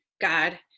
God